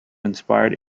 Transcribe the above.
inspired